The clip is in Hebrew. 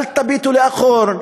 אל תביטו לאחור.